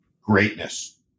greatness